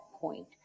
point